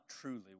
truly